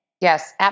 Yes